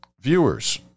viewers